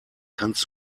kannst